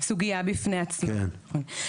זו סוגייה בפני עצמה, נכון.